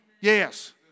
Yes